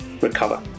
recover